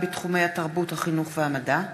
בתחומי התרבות, החינוך והמדע,